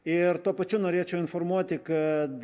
ir tuo pačiu norėčiau informuoti kad